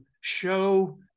show